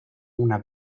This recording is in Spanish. una